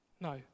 No